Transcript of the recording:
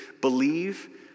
believe